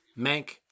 Mank